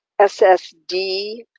SSD